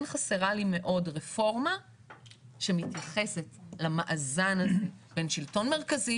כן חסרה לי מאוד רפורמה שמתייחסת למאזן בין שלטון מרכזי